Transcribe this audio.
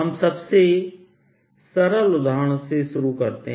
हम सबसे सरल उदाहरण से शुरू करते हैं